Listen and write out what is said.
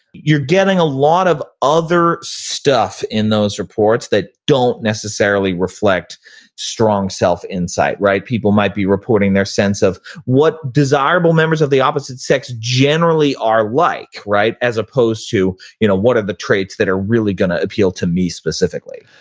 you're getting a lot of other stuff in those reports that don't necessarily reflect strong self insight. right? people might be reporting their sense of what desirable members of the opposite sex generally are like, right? as opposed to, you know, what are the traits that are really going to appeal to me specifically?